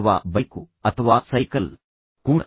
ಅವರು ಹೇಳುತ್ತಾರೆ ಅಥವಾ ಬೈಕು ಅಥವಾ ಸೈಕಲ್ ಕೂಡ